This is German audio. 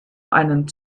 einen